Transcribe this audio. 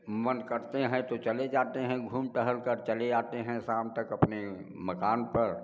मन करते हैं तो चले जाते हैं घूम टहल कर चले आते हैं शाम तक अपने मकान पर